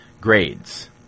grades